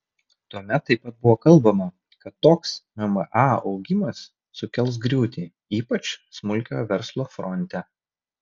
tuomet taip pat buvo kalbama kad toks mma augimas sukels griūtį ypač smulkiojo verslo fronte